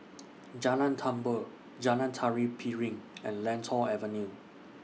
Jalan Tambur Jalan Tari Piring and Lentor Avenue